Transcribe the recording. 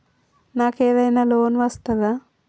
నాకు ఏదైనా లోన్ వస్తదా?